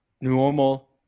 normal